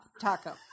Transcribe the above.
taco